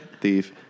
Thief